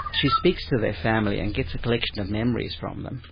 she speaks to their family and gets a collection of memories from them,